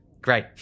Great